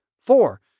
Four